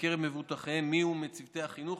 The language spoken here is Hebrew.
בקרב מבוטחיהן מיהו מצוותי החינוך,